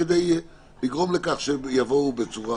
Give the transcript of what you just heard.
כדי לגרום לכך שהם יבואו בצורה